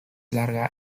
larga